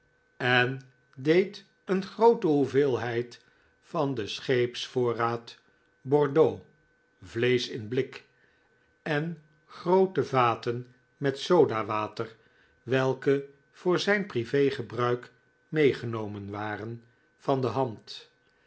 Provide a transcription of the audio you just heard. en deed een groote hoeveelheid van den scheepsvoorraad bordeaux vleesch in blik en groote vaten met soda water welke voor zijn prive gebruik meegenomen waren van de hand